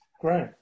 Great